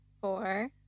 four